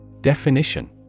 Definition